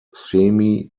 semi